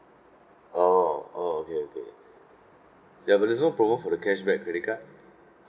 oh oh okay okay ya but there's no promo for the cashback credit card